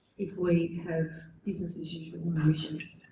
if we have business as usual emissions,